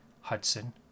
hudson